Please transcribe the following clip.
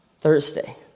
Thursday